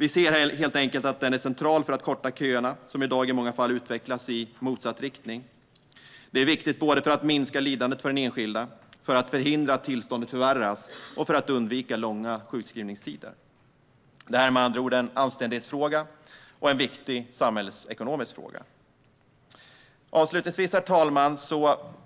Vi ser helt enkelt att den är central för att korta köerna, som i dag i många fall utvecklas i motsatt riktning. Det är viktigt för att minska lidandet för den enskilda, för att förhindra att tillståndet förvärras och för att undvika långa sjukskrivningstider. Det är med andra ord en anständighetsfråga och en viktig samhällsekonomisk fråga. Herr talman!